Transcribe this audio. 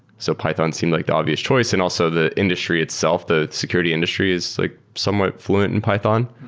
so python seemed like the obvious choice. and also, the industry itself, the security industry is like somewhat fluent in python.